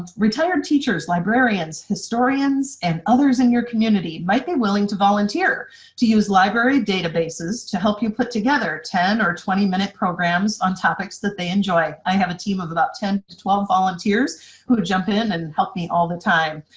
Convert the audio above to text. retired teachers, librarians, historians, and others in your community might be willing to volunteer to use library databases to help you put together ten or twenty minute programs on topics that they enjoy. i have a team of about ten twelve volunteers who jump in and help me all the time.